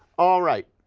all right.